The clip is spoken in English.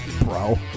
Bro